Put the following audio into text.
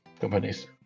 companies